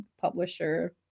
publisher